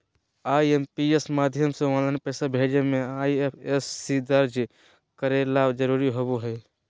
IMPS माध्यम से online पैसा भेजे मे आई.एफ.एस.सी दर्ज करे ला जरूरी होबो हय